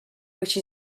which